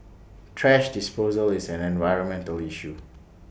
thrash disposal is an environmental issue